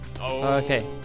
Okay